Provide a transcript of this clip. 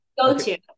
go-to